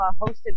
hosted